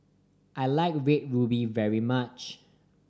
I like Red Ruby very much